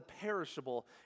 perishable